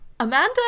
Amanda